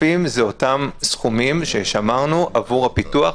העודפים אלו אותם סכומים ששמרנו עבור הפיתוח,